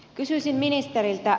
kysyisin ministeriltä